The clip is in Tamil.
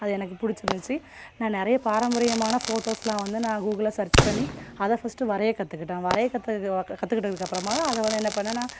அது எனக்கு பிடிச்சிருந்துச்சி நான் நிறைய பாரம்பரியமான ஃபோட்டோஸ்லாம் வந்து நான் கூகுள்ல சர்ச் பண்ணி அதை ஃபர்ஸ்ட் வரைய கற்றுக்கிட்டேன் வரைய கத்துக்கு கத்துக்கிட்டதுக்கப்புறமா தான் அதை வந்து என்ன பண்ணேன்னா